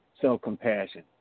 self-compassion